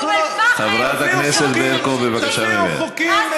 מישהו בכלל יעשה שימוש בחוק הזה?